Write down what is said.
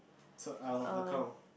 so I'll I'll count